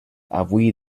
avui